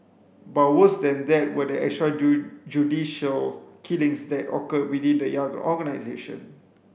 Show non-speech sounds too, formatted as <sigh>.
but worse than that were the extra <unintelligible> killings that occurred within the young organisation